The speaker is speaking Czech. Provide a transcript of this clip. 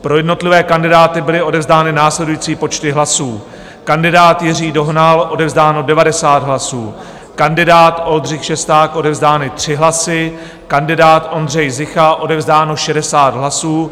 Pro jednotlivé kandidáty byly odevzdány následující počty hlasů: kandidát Jiří Dohnal odevzdáno 90 hlasů, kandidát Oldřich Šesták odevzdány 3 hlasy, kandidát Ondřej Zicha odevzdáno 60 hlasů.